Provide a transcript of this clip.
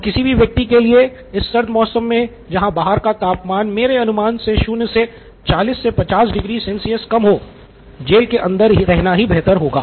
तो किसी भी व्यक्ति के लिए इस सर्द मौसम मे जहां बाहर का तापमान मेरे अनुमान से शून्य से 40 50 डिग्री सेल्सियस कम हो जेल के अंदर रहना ही बेहतर होगा